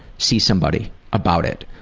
see somebody about it